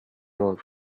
old